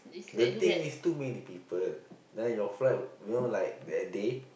the thing is too many people then your flight you know like that day